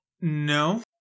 No